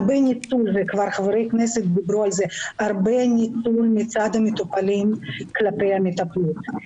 יש הרבה ניצול מצד המטופלים כלפי המטפלות.